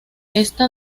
esta